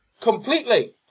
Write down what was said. Completely